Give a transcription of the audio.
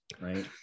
right